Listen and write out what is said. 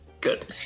Good